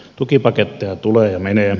tukipaketteja tulee ja menee